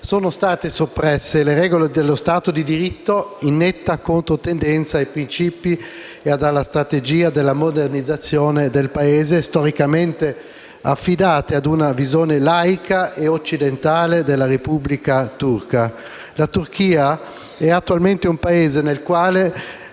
Sono state soppresse le regole dello Stato di diritto in netta controtendenza con i principi e la strategia della modernizzazione del Paese, storicamente affidati a una visione laica e occidentale della Repubblica turca. La Turchia è attualmente un Paese nel quale